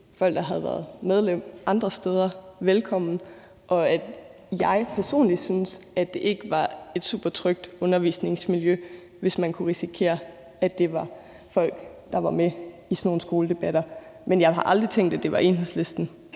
folk, der havde været medlem andre steder, velkommen. Jeg personligt syntes ikke, at det var et supertrygt undervisningsmiljø, hvis man kunne risikere, at det var sådan nogle folk, der var med i skoledebatter, men jeg har aldrig tænkt, at det var Enhedslisten